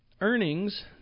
earnings